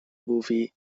movie